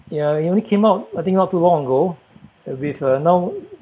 ya it only came out I think not too long ago and with uh now